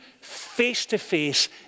face-to-face